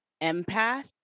empath